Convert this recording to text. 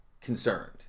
concerned